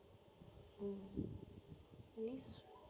um nice